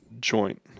joint